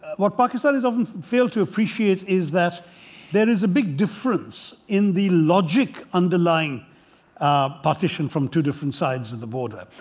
what pakistan has often failed to appreciate is that there is a big difference in the logic underlying partition from two different sides of the border.